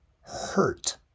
hurt